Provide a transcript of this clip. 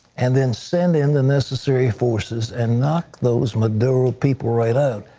and then send in the necessary forces, and knock those maduro people right out.